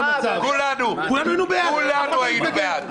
כולנו היינו בעד.